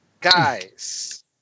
guys